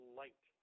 light